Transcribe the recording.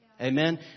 Amen